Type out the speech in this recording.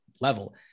level